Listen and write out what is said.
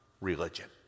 religion